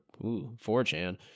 4chan